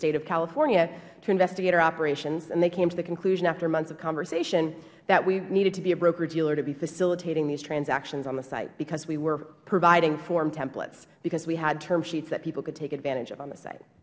state of california to investigate our operations and they came to the conclusion after months of conversation that we needed to be a brokerdealer to be facilitating these transactions on the site because we were providing form templates because we had term sheets that people could take advantage of on the site